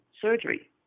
surgery